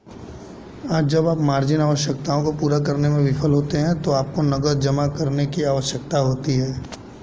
जब आप मार्जिन आवश्यकताओं को पूरा करने में विफल होते हैं तो आपको नकद जमा करने की आवश्यकता होती है